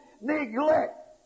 neglect